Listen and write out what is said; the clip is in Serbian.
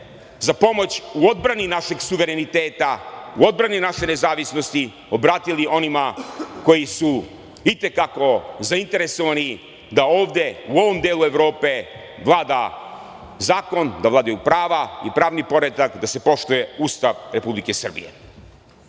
za pomoć u odbrani našeg suvereniteta, u odbrani naše nezavisnosti obratili onima koji su i te kako zainteresovani da ovde u ovom delu Evrope vlada zakon, da vladaju prava i pravni poredak, da se poštuje Ustav Republike Srbije. Član